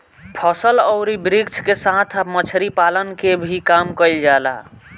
फसल अउरी वृक्ष के साथ मछरी पालन के भी काम कईल जाला